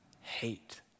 hate